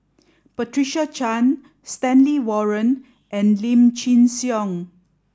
Patricia Chan Stanley Warren and Lim Chin Siong